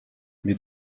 mais